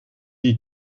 die